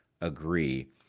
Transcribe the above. agree